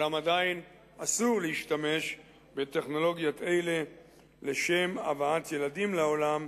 אולם עדיין אסור להשתמש בטכנולוגיות האלה לשם הבאת ילדים לעולם,